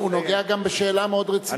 הוא נוגע גם בשאלה מאוד רצינית.